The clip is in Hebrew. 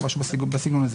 או משהו בסגנון הזה.